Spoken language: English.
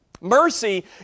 Mercy